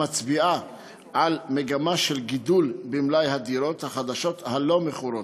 המצביעה על מגמה של גידול במלאי הדירות החדשות שאינן מכורות,